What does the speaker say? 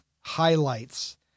highlights